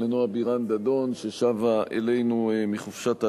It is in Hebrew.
לנועה בירן-דדון ששבה אלינו מחופשת הלידה,